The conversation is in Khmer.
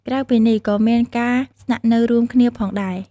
ក្រៅពីនេះ ក៏មានការ ស្នាក់នៅរួមគ្នា ផងដែរ។